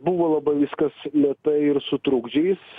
buvo labai viskas lėtai ir su trukdžiais